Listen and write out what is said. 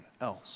else